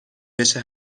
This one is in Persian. بشه